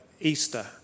Easter